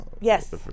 Yes